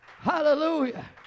Hallelujah